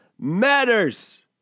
MATTERS